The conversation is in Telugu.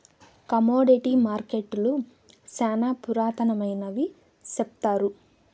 కమోడిటీ మార్కెట్టులు శ్యానా పురాతనమైనవి సెప్తారు